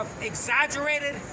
exaggerated